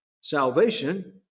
salvation